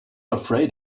afraid